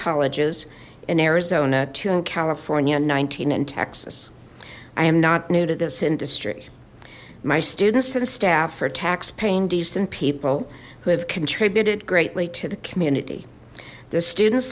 colleges in arizona two in california nineteen in texas i am not new to this industry my students and staff for tax pay decent people who have contributed greatly to the community the students